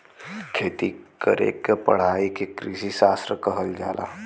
खेती करे क पढ़ाई के कृषिशास्त्र कहल जाला